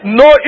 no